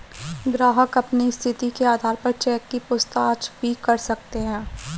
ग्राहक अपनी स्थिति के आधार पर चेक की पूछताछ भी कर सकते हैं